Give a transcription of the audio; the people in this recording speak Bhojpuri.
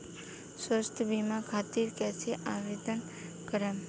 स्वास्थ्य बीमा खातिर कईसे आवेदन करम?